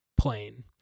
plane